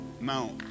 Now